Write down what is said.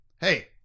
hey